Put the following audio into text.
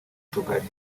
tugari